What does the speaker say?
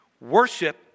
Worship